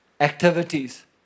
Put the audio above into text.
activities